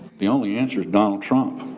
the only answer is donald trump.